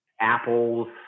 apples